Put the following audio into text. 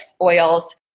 oils